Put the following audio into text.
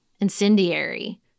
incendiary